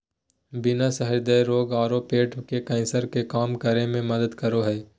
beans हृदय रोग आरो पेट के कैंसर के कम करे में मदद करो हइ